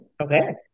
Okay